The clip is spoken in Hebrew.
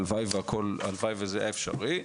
הלוואי וזה היה אפשרי.